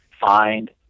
find